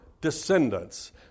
descendants